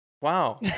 Wow